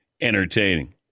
entertaining